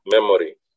memory